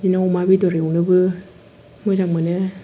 बिदिनो अमा बेदरजोंबो मोजां मोनो